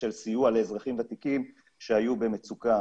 לשם סיוע לאזרחים ותיקים שהיו במצוקה